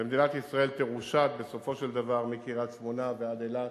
ומדינת ישראל תרושת בסופו של דבר מקריית-שמונה ועד אילת,